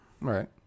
right